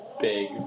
big